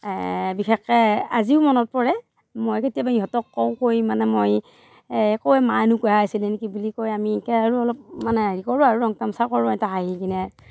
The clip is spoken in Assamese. বিশেষকৈ আজিও মনত পৰে মই কেতিয়াবা ইহঁতক কওঁ কৈ মানে মই কৈ মা এনেকুৱাহে আছিলে নেকি বুলি কৈ আমি এনেকৈ আৰু অলপ মানে হেৰি কৰো আৰু ৰং তামচা কৰোঁ আৰু হাঁহি কিনে